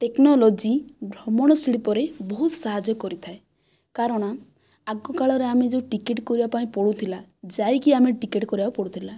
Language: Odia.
ଟେକ୍ନୋଲୋଜି ଭ୍ରମଣ ଶିଳ୍ପରେ ବହୁତ ସାହାଯ୍ୟ କରିଥାଏ କାରଣ ଆଗ କାଳରେ ଆମେ ଯେଉଁ ଟିକେଟ କରିବା ପାଇଁ ପଡ଼ୁଥିଲା ଯାଇକି ଆମେ ଟିକେଟ କରିବାକୁ ପଡ଼ୁଥିଲା